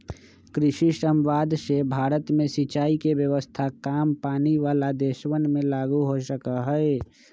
कृषि समवाद से भारत में सिंचाई के व्यवस्था काम पानी वाला देशवन में लागु हो सका हई